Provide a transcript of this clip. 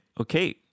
Okay